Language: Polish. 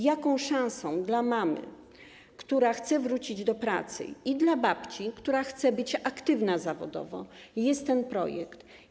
Jaką szansą dla mamy, która chce wrócić do pracy i dla babci, która chce być aktywna zawodowo, jest ten projekt?